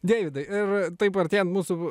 deividai ir taip artėjant mūsų